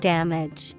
Damage